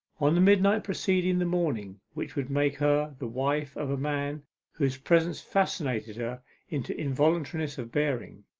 on the midnight preceding the morning which would make her the wife of a man whose presence fascinated her into involuntariness of bearing,